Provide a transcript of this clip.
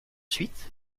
suite